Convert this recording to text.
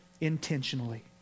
intentionally